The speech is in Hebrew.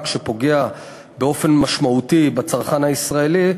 שפוגע באופן משמעותי בצרכן הישראלי,